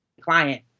client